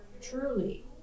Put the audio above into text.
truly